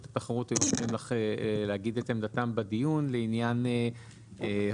התחרות היו צריכים להגיד את עמדתם בדיון לעניין תחולת